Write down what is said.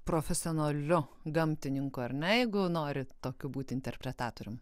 profesionaliu gamtininku ar ne jeigu nori tokiu būti interpretatorium